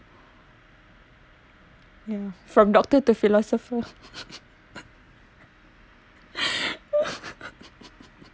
ya from doctor to philosopher